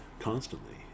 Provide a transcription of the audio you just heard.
constantly